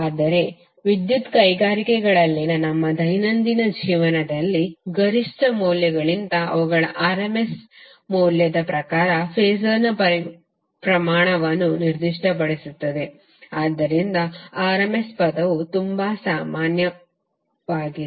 ಆದರೆ ವಿದ್ಯುತ್ ಕೈಗಾರಿಕೆಗಳಲ್ಲಿನ ನಮ್ಮ ದೈನಂದಿನ ಜೀವನದಲ್ಲಿ ಗರಿಷ್ಠ ಮೌಲ್ಯಗಳಿಗಿಂತ ಅವುಗಳ rms ಮೌಲ್ಯದ ಪ್ರಕಾರ ಫಾಸರ್ ಪ್ರಮಾಣವನ್ನು ನಿರ್ದಿಷ್ಟಪಡಿಸುತ್ತದೆ ಆದ್ದರಿಂದಲೇ rms ಪದವು ತುಂಬಾ ಸಾಮಾನ್ಯವಾಗಿದೆ